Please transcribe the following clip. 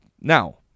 Now